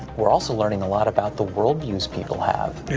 we're also learning a lot about the world views people have. yeah,